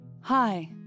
Hi